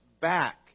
back